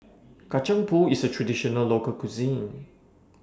Kacang Pool IS A Traditional Local Cuisine